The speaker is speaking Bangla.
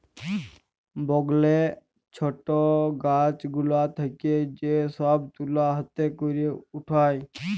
বগলে ছট গাছ গুলা থেক্যে যে সব তুলা হাতে ক্যরে উঠায়